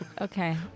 Okay